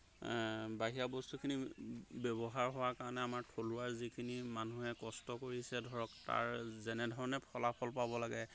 বাহিৰা বস্তুখিনি ব্যৱহাৰ হোৱাৰ কাৰণে আমাৰ থলুৱা যিখিনি মানুহে কষ্ট কৰিছে ধৰক তাৰ যেনেধৰণে ফলাফল পাব লাগে